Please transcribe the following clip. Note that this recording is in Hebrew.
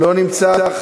לא נמצא.